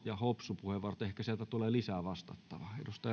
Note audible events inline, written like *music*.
*unintelligible* ja hopsun puheenvuorot ehkä sieltä tulee lisää vastattavaa